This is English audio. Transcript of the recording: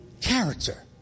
character